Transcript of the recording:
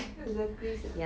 exactly sia